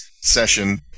session